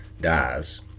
dies